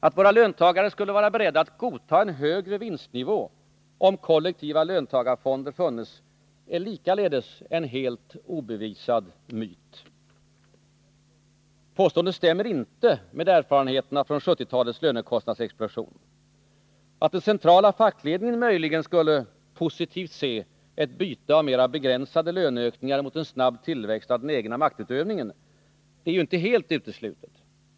Att våra löntagare skulle vara beredda att godta en högre vinstnivå, om kollektiva löntagarfonder funnes, är likaledes en helt obevisad myt. Påståendet stämmer inte med erfarenheterna från 1970-talets lönekostnadsexplosion. Att den centrala fackledningen möjligen skulle positivt se ett byte av mera begränsade löneökningar mot en snabb tillväxt av den egna maktutövningen är inte helt uteslutet.